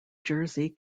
jersey